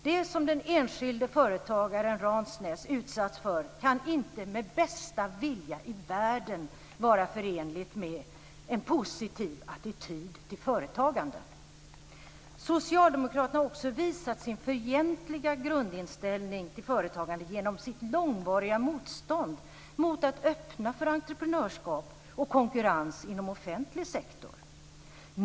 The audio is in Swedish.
Det som den enskilde företagaren Ransnäs utsatts för kan inte med bästa vilja i världen vara förenligt med en positiv attityd till företagande. Socialdemokraterna har också visat sin fientliga grundinställning till företagande genom sitt långvariga motstånd mot att öppna för entreprenörskap och konkurrens inom offentlig sektor.